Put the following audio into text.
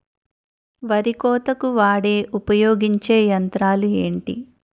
వరి కోతకు వాడే ఉపయోగించే యంత్రాలు ఏంటి?